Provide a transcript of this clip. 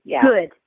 Good